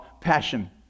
passion